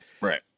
right